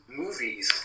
movies